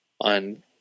on